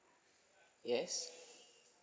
yes